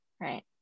right